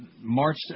March